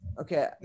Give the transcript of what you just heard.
Okay